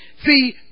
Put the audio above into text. See